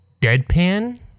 deadpan